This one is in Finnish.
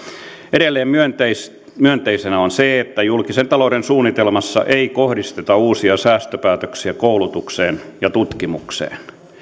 edelleen myönteistä myönteistä on se että julkisen talouden suunnitelmassa ei kohdisteta uusia säästöpäätöksiä koulutukseen ja tutkimukseen